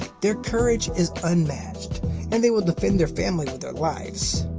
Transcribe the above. their courage is unmatched and they will defend their family with their lives.